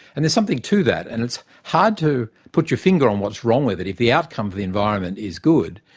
and there's something to that, and it's hard to put your finger on what's wrong with it. if the outcome for the environment is good,